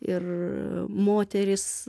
ir moterys